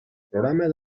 programa